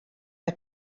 mae